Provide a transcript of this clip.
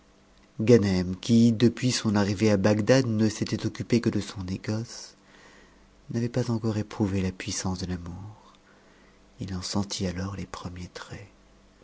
qui depuis son arrivée à bagdad ne s'était occupé que de son négoce n'avait pas encore éprouvé la puissance de l'amour il en sentit alors les premiers traits